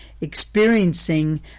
experiencing